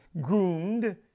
groomed